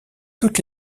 toutes